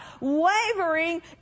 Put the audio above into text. Wavering